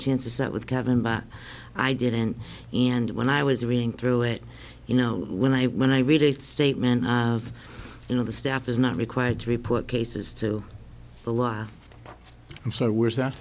chance to sit with kevin but i didn't and when i was reading through it you know when i when i read a statement you know the staff is not required to report cases to the law and so was that